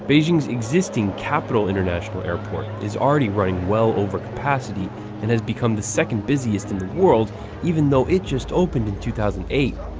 beijing's existing capital international airport is already running well over-capacity and has become the second busiest in the world even though it just opened in two thousand and eight.